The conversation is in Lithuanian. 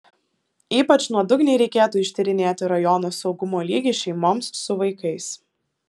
ypač nuodugniai reikėtų ištyrinėti rajono saugumo lygį šeimoms su vaikais